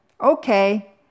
Okay